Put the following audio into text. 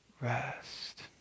rest